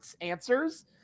answers